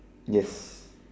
yes